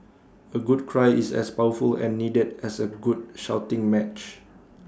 A good cry is as powerful and needed as A good shouting match